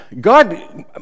God